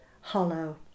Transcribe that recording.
hollow